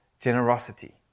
generosity